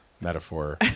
metaphor